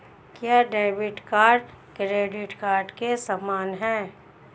क्या debit card credit card के समान है?